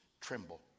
tremble